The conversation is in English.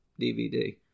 DVD